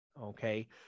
Okay